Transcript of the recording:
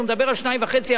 שמדבר על 2.5%,